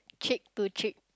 cheek to cheek